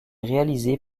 réalisée